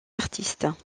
artistes